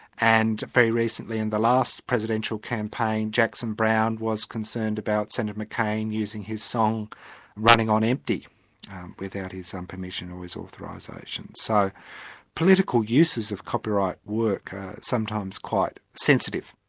and very recently in the last presidential campaign, jackson brown was concerned about senator mccain using his song running on empty without his um permission or his authorisation. so political uses of copyright work are sometimes quite sensitive.